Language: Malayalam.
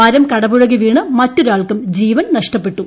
മരം കടപുഴകി വീണ് മറ്റൊരാൾക്കും ജീവൻ നഷ്ടപ്പെട്ടു